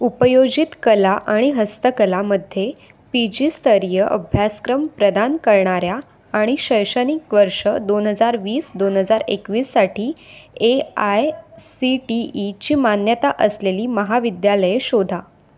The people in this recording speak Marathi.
उपयोजित कला आणि हस्तकलामध्ये पी जी स्तरीय अभ्यासक्रम प्रदान करणाऱ्या आणि शैक्षणिक वर्ष दोन हजार वीस दोन हजार एकवीससाठी ए आय सी टी ईची मान्यता असलेली महाविद्यालये शोधा